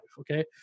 Okay